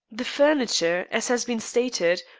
the furniture, as has been stated,